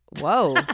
Whoa